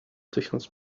tysiąc